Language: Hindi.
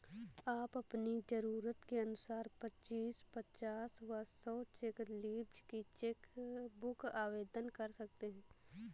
आप अपनी जरूरत के अनुसार पच्चीस, पचास व सौ चेक लीव्ज की चेक बुक आवेदन कर सकते हैं